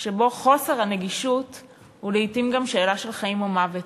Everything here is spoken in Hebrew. שבו חוסר הנגישות הוא לעתים גם שאלה של חיים או מוות,